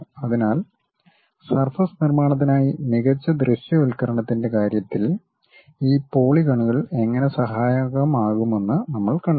അതിനാൽ സർഫസ് നിർമ്മാണത്തിനായി മികച്ച ദൃശ്യവൽക്കരണത്തിന്റെ കാര്യത്തിൽ ഈ പോളിഗണുകൾ എങ്ങനെ സഹായകമാകുമെന്ന് നമ്മൾ കണ്ടു